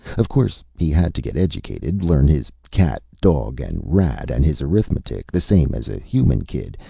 of course he had to get educated, learn his cat, dog and rat, and his arithmetic, the same as a human kid,